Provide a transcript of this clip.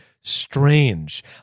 strange